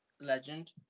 Legend